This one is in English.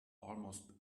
almost